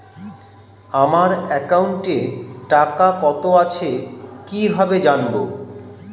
আমার একাউন্টে টাকা কত আছে কি ভাবে জানবো?